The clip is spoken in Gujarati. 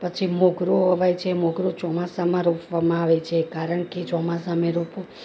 પછી મોગરો વવાય છે મોગરો ચોમાસામાં રોપવામાં આવે છે કારણ કે ચોમાસામાં રોપો